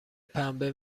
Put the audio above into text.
پنبه